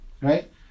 right